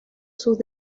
sus